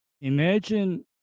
imagine